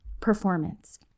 performance